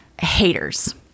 haters